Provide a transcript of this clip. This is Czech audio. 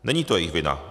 Není to jejich vina.